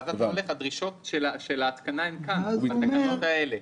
דרישות ההתקנה הן כאן, בתקנות האלה.